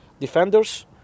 defenders